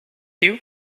you